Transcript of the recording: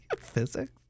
physics